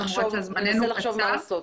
כן, ננסה לחשוב מה לעשות.